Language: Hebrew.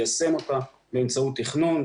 ליישם אותה באמצעות תכנון.